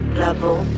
level